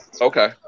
Okay